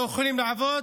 הם לא יכולים לעבוד